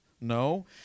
No